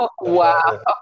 wow